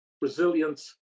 Resilience